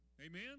Amen